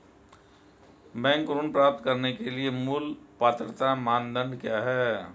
Bank ऋण प्राप्त करने के लिए मूल पात्रता मानदंड क्या हैं?